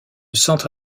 centre